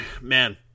man